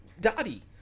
Dottie